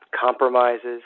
compromises